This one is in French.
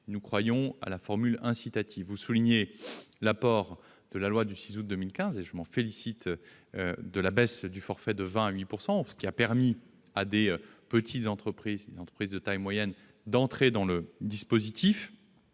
nous croyons à la formule incitative. Vous soulignez l'apport de la loi du 6 août 2015, et il faut effectivement se féliciter de la baisse du forfait de 20 % à 8 %, laquelle a permis à des petites entreprises ou des entreprises de taille moyenne d'entrer dans le dispositif.